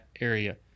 area